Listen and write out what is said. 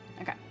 Okay